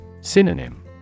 Synonym